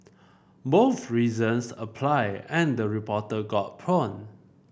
both reasons apply and the reporter got pawned